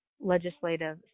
legislative